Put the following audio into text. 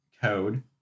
code